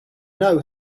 know